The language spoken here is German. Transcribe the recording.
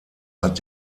hat